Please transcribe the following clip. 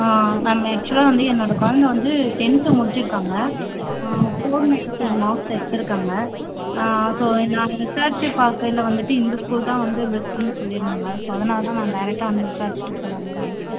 ma'am ஆக்ஷுவலாக வந்து என்னோட குழந்த வந்து டென்த்து முடிச்சிருக்காங்க ஃபோர் நைன்ட்டி மார்க்ஸ் எடுத்துருக்காங்க ஸோ நாங்கள் விசாரிச்சு பார்க்கயில வந்துவிட்டு இந்த ஸ்கூல் தான் வந்து பெஸ்ட்டுன்னு சொல்லிருந்தாங்க ஸோ அதனால் தான் நான் டேரக்ட்டாக வந்து விசாரிச்சிவிட்டு போகலாமேன்னு நான் வந்தேன்